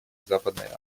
западной